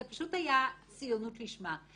זאת פשוט הייתה ציונות לשמה.